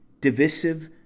Divisive